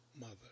mother